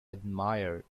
admired